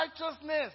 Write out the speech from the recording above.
righteousness